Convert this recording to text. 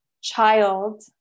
child